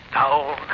down